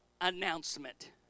announcement